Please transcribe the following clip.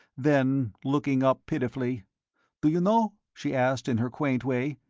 then, looking up pitifully do you know? she asked in her quaint way.